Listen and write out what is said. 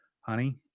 honey